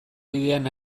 bidean